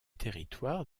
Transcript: territoire